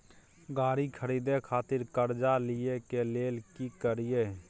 गाड़ी खरीदे खातिर कर्जा लिए के लेल की करिए?